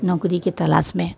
नौकरी के तलाश में